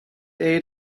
aid